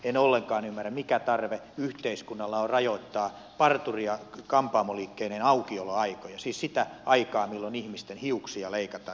en ollenkaan ymmärrä mikä tarve yhteiskunnalla on rajoittaa parturi ja kampaamoliikkeiden aukioloaikoja siis sitä aikaa milloin ihmisten hiuksia leikataan